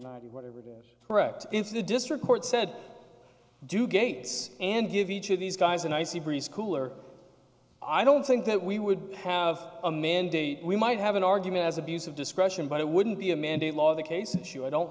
ninety whatever it is broke into the district court said do gates and give each of these guys an icy breeze cooler i don't think that we would have a mandate we might have an argument as abuse of discretion but it wouldn't be a mandate law the case issue i don't